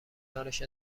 کنارش